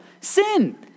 Sin